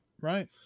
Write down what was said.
Right